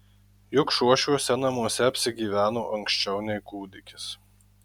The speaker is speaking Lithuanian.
juk šuo šiuose namuose apsigyveno anksčiau nei kūdikis